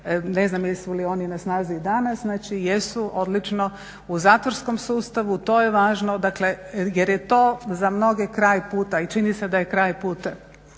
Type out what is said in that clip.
ne znam jesu li oni na snazi i danas, znači jesu, odlično u zatvorskom sustavu to je važno jer je to za mnoge kraj puta i čini se da je kraj puta